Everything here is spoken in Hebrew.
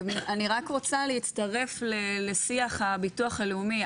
אני רק רוצה להצטרף לשיח הביטוח הלאומי.